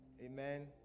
Amen